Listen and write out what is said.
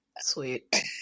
Sweet